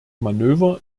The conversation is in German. manöver